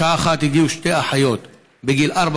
בשעה 13:00 הגיעו שתי אחיות בגיל ארבע